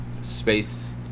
space